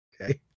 Okay